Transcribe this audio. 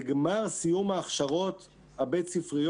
זה גמר סיום ההכשרות הבית-ספריות,